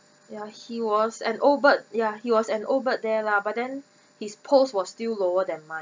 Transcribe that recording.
ya he was an old bird ya he was an old bird there lah but then his post was still lower than mine